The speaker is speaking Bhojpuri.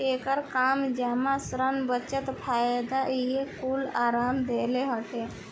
एकर काम जमा, ऋण, बचत, फायदा इहे कूल आराम देहल हटे